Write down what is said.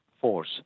force